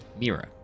Mira